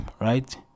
right